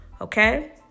okay